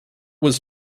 was